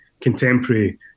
contemporary